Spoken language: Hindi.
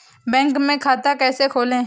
बैंक में खाता कैसे खोलें?